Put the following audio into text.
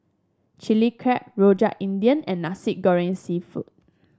Chilli Crab Rojak India and Nasi Goreng seafood